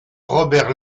robert